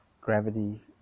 gravity